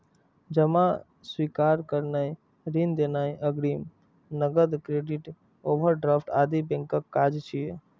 जमा स्वीकार करनाय, ऋण देनाय, अग्रिम, नकद, क्रेडिट, ओवरड्राफ्ट आदि बैंकक काज छियै